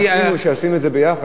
זכינו שעשינו את זה ביחד.